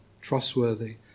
trustworthy